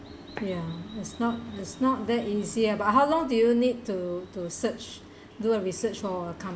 ya it's not it's not that easy ah but how long do you need to to search do a research for a